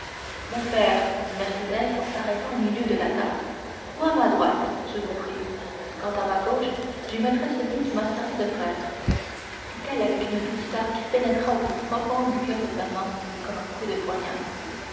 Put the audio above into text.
mon père dit mercédès en s'arrêtant au milieu de la table vous à ma droite je vous prie quant à ma gauche j'y mettrai celui qui m'a servi de frère fit-elle avec une douceur qui pénétra au plus profond du coeur de fernand comme un coup de poignard